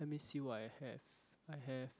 let me see what I have I have